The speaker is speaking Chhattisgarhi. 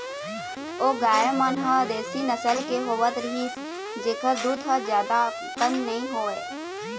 ओ गाय मन ह देसी नसल के होवत रिहिस जेखर दूद ह जादा अकन नइ होवय